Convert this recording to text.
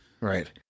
Right